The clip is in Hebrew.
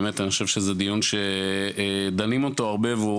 באמת אני חושב שזה דיון שדנים אותו הרבה,